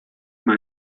mal